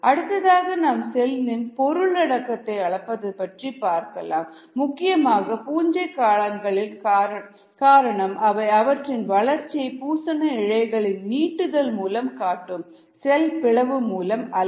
அடுத்ததாக நாம் செல்லின் பொருளடக்கத்தை அளப்பது பற்றி பார்க்கலாம் முக்கியமாக பூஞ்சை காளான்களில் காரணம் அவை அவற்றின் வளர்ச்சியை பூசண இழைகள் இன் நீட்டுதல் மூலம் காட்டும் செல் பிளவு மூலம் அல்ல